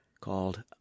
called